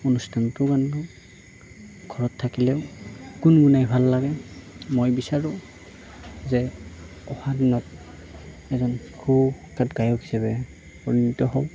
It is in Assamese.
অনুষ্ঠানতো গান গাওঁ ঘৰত থাকিলেও গুণগুণাই ভাল লাগে মই বিচাৰোঁ যে অহা দিনত এজন সুৰকাৰ গায়ক হিচাপে উন্নিত হওঁ